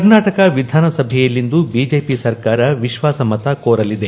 ಕರ್ನಾಟಕ ವಿಧಾನಸಭೆಯಲ್ಲಿಂದು ಬಿಜೆಪಿ ಸರ್ಕಾರ ವಿಶ್ಲಾಸಮತ ಕೋರಲಿದೆ